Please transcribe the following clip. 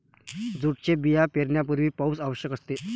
जूटचे बिया पेरण्यापूर्वी पाऊस आवश्यक असते